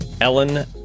Ellen